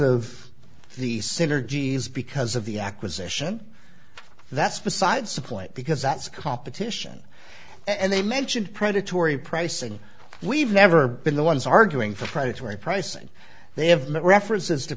of the synergies because of the acquisition that's besides the point because that's competition and they mentioned predatory pricing we've never been the ones arguing for predatory pricing they have made references to